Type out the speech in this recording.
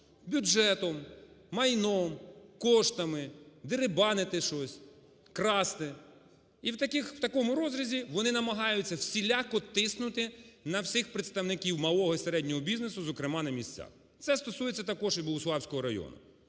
бюджетом, майном, коштами, деребанити щось, красти. І у такому розрізі вони намагаються всіляко тиснути на всіх представників малого і середнього бізнесу, зокрема на місцях. Це стосується також і Богуславського району.